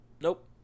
Nope